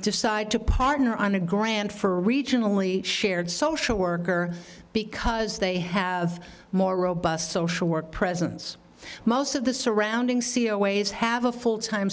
decide to partner on a grant for regionally shared social worker because they have more robust social work presence most of the surrounding c always have a full time